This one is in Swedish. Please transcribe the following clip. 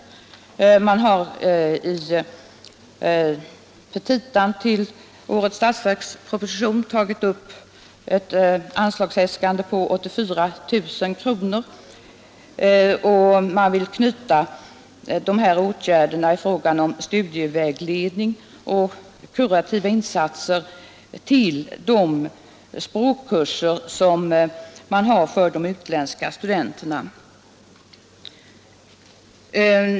Universitetskanslersämbetet har i petita till årets statsverksproposition äskat ett anslag på 84 000 kronor. Ämbetet vill knyta de här åtgärderna i fråga om studievägledning och kurativa insatser till de språkkurser som finns för utländska studenter.